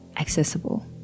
accessible